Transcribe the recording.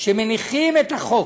שמניחים את החוק